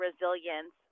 resilience